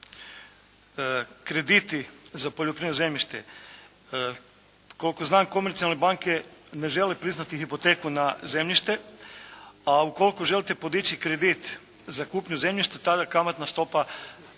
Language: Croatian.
Krediti za poljoprivredno zemljište, koliko znam komercijalne banke ne žele priznati hipoteku na zemljište, a ukoliko želite podići kredit za kupnju zemljišta, tada kamatna stopa